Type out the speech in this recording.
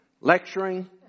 lecturing